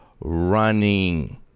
running